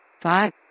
Five